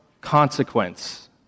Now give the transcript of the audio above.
consequence